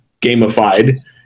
gamified